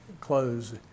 close